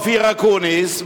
אופיר אקוניס,